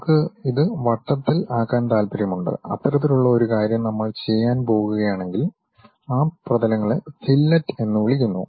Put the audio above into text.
നമ്മൾക്ക് ഇത് വട്ടത്തിൽ ആക്കാൻ താൽപ്പര്യമുണ്ട് അത്തരത്തിലുള്ള ഒരു കാര്യം നമ്മൾ ചെയ്യാൻ പോകുകയാണെങ്കിൽ ആ പ്രതലങ്ങളെ ഫില്ലറ്റ് എന്ന് വിളിക്കുന്നു